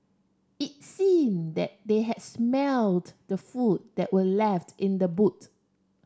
it seemed they had smelt the food that were left in the boot